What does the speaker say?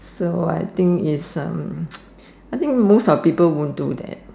so I think is um I think most of people wont do that